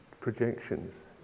projections